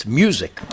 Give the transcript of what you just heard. music